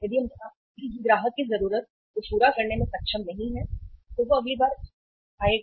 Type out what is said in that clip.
यदि हम ग्राहक की जरूरत को पूरा करने में सक्षम नहीं हैं तो वह अगली बार आएगा